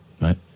right